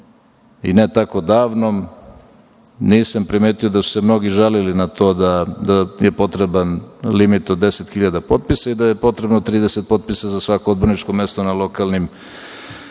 i ne tako davnom. Nisam primetio da su se mnogi žalili na to da im je potreban limit od 10 hiljada potpisa i da je potrebno 30 potpisa za svako odborničko mesto na lokalnim